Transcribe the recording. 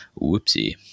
Whoopsie